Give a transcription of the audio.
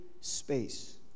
space